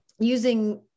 Using